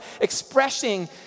expressing